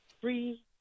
free